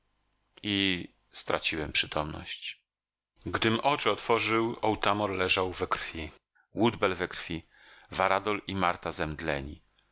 i straciłem przytomność gdym oczy otworzył otamor leżał we krwi woodbell we krwi varadol i marta zemdleni